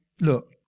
look